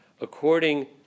according